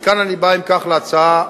ומכאן אני בא, אם כך, להצעה.